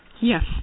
Yes